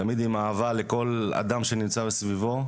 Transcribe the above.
תמיד עם אהבה לכל אדם שנמצא מסביבו,